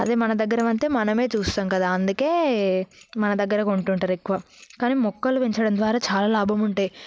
అదే మన దగ్గర పండితే మనమే చూస్తాము కదా అందుకే మా దగ్గర కొంటుంటారు ఎక్కువ కానీ మొక్కలు పెంచడం ద్వారా చాలా లాభం ఉంటాయి